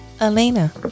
elena